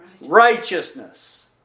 righteousness